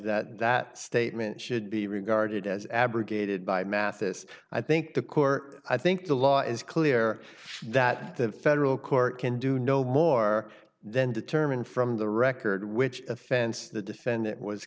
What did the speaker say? that that statement should be regarded as abrogated by mathis i think the court i think the law is clear that the federal court can do no more then determine from the record which offense the defendant was